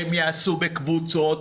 הם יעשו בקבוצות,